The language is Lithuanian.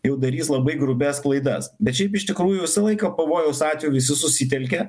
jau darys labai grubias klaidas bet šiaip iš tikrųjų visą laiką pavojaus atveju visi susitelkia